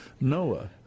Noah